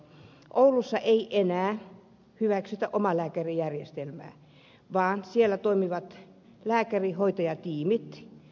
oulussa ei enää hyväksytä omalääkärijärjestelmää vaan siellä toimivat lääkärihoitaja tiimit